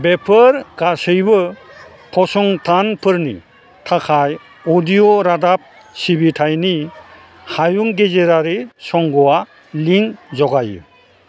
बेफोर गासैबो फसंथानफोरनि थाखाय अडिय' रादाब सिबिथाइनि हायुं गेजेरारि संघ'आ लिंक जगायो